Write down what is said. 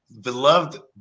beloved